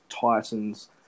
Titans